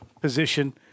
position